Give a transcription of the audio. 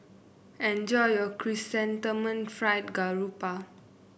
enjoy your Chrysanthemum Fried Garoupa